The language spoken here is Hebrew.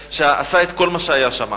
שעשה את כל מה שהיה שם.